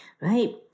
Right